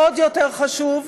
עוד יותר חשוב: